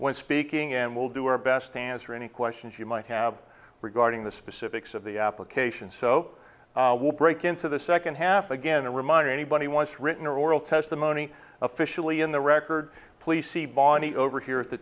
when speaking and we'll do our best answer any questions you might have regarding the specifics of the application so we'll break into the second half again to remind anybody wants written or oral testimony officially in the record please see bonnie over here at the